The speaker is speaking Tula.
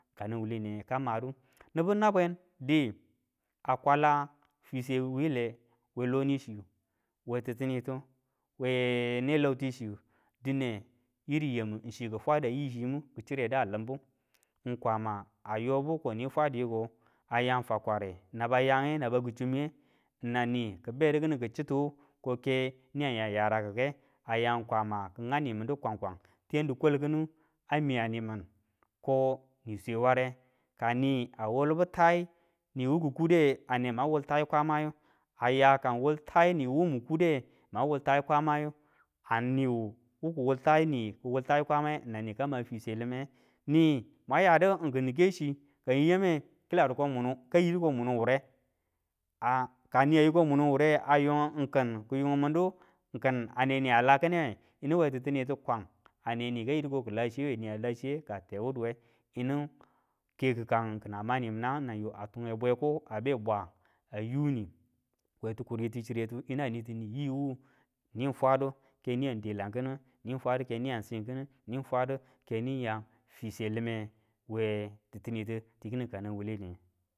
Ka nan wuleniye ka ma du nibu nabwen diu a kwala fiswe wuyile we loni chiyu, we titinitu we neloti chiyu dine iri yamu chi kifwada yi chimu ki chireda a limbu ng kwama yobu ko ni fwadu yuko, a ya fakware naba yange naba kisumiye nan ni kibedu kini kichitu wu koke niyang ya yarakike. Aya kwama ki gaunidu Kwang Kwang tiyangu di kwal kinu a miyanimin ko ni swe ware kai a wulbu tai niwu ki kudu ane mang wul tai kwamayu. Aya ka ng wul tai niwu mu kude, mwan wul tai kwamayu a niwuwu kiwul ai ni ki wul tai kwamaye nan ni kama fiswe lime. Ni mwa yadu kin kechi ka ya mu yi yame ka yidu ko munin wure a kani a yiko munin wure a yung ng kin kiyung mindu kin aneniya la kinewa, yinu we titunitu Kwang ane nu ka yidu ko kilachiyewe, niya lachiye ka te wuduwe, yinu keku kang kina mani minangu nanye time bweko a be bwa a yuni we tikuritu chiretu, yinu a nini yiwu ni fwadu ke niyan dela kinu ni fwadu keniyang sikinu ni fwadu ke niyang fiswe lime we titinitu tikini kanang wuwule niye.